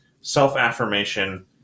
self-affirmation